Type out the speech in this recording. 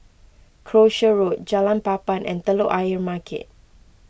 Croucher Road Jalan Papan and Telok Ayer Market